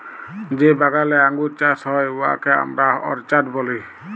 যে বাগালে আঙ্গুর চাষ হ্যয় উয়াকে আমরা অরচার্ড ব্যলি